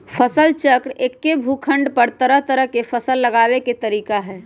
फसल चक्र एक्के भूखंड पर तरह तरह के फसल लगावे के तरीका हए